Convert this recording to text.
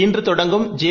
இன்றுதொடங்கும்ஜே